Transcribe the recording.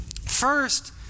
First